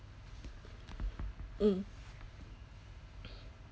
mm